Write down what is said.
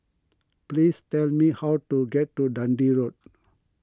please tell me how to get to Dundee Road